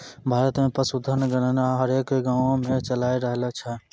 भारत मे पशुधन गणना हरेक गाँवो मे चालाय रहलो छै